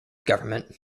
government